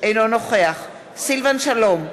אינו נוכח סילבן שלום,